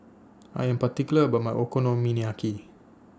I Am particular about My Okonomiyaki